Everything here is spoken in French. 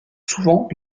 souvent